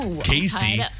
Casey